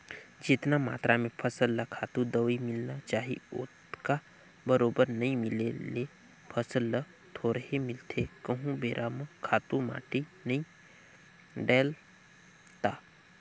जेतना मातरा में फसल ल खातू, दवई मिलना चाही ओतका बरोबर नइ मिले ले फसल ल थोरहें मिलथे कहूं बेरा म खातू माटी नइ डलय ता